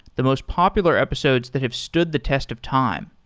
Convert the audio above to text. the most popular episodes that have stood the test of time.